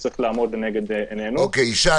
אז גם